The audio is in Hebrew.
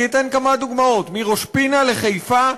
אני אתן כמה דוגמאות: מראש-פינה לחיפה,